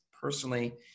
personally